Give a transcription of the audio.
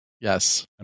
Yes